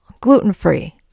gluten-free